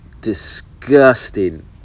disgusting